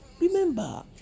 Remember